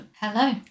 Hello